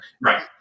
right